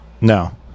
No